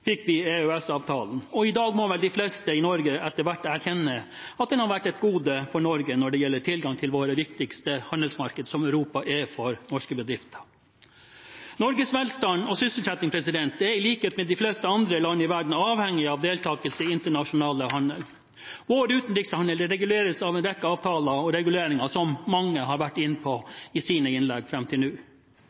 fikk vi EØS-avtalen, og i dag må vel de fleste i Norge etter hvert erkjenne at den har vært et gode for Norge når det gjelder tilgang til vårt viktigste handelsmarked, som Europa er for norske bedrifter. Norges velstand og sysselsetting er i likhet med de fleste andre land i verden avhengig av deltakelse i internasjonal handel. Vår utenrikshandel reguleres av en rekke avtaler og reguleringer, som mange har vært inne på i sine innlegg fram til nå.